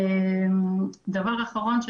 דבר אחרון.